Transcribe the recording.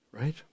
Right